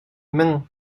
mains